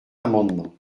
l’amendement